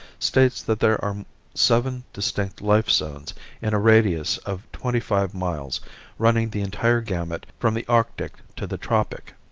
states that there are seven distinct life zones in a radius of twenty-five miles running the entire gamut from the arctic to the tropic.